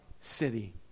city